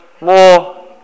more